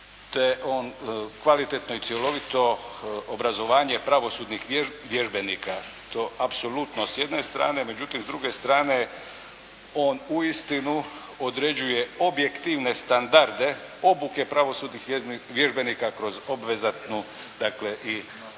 te on kvalitetno i cjelovito obrazovanje pravosudnih vježbenika, to apsolutno s jedne strane. Međutim s druge strane on uistinu određuje objektivne standarde, obuke pravosudnih vježbenika kroz obvezatnu dakle i